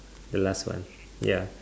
the last one ya